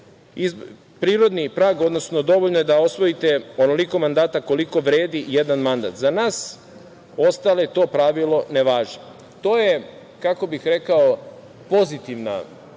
prirodni prag, odnosno dovoljno je da osvojite onoliko mandata koliko vredi jedan mandat.Za nas ostale to pravilo ne važi. To je, kako bih rekao, pozitivna